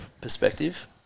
perspective